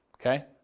Okay